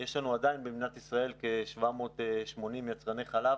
יש לנו עדיין במדינת ישראל כ-780 יצרני חלב